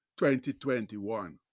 2021